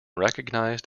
recognized